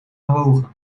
gewogen